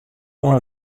oan